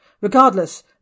Regardless